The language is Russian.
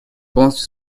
полностью